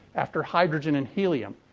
after hydrogen and helium,